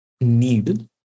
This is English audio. need